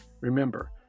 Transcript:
Remember